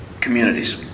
communities